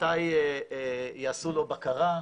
מתי יעשו לו בקרה.